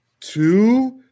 two